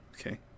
Okay